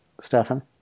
Stefan